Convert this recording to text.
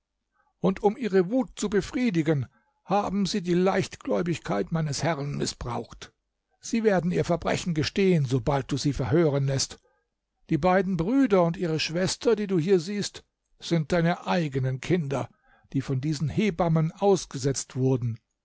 und um ihre wut zu befriedigen haben sie die leichtgläubigkeit meines herrn mißbraucht sie werden ihr verbrechen gestehen sobald du sie verhören läßt die beiden brüder und ihre schwester die du hier siehst sind deine eigenen kinder die von diesen hebammen ausgesetzt wurden